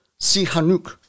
Sihanouk